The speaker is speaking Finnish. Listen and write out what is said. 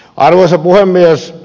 arvoisa puhemies